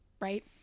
Right